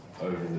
over